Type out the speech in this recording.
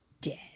Dead